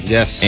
Yes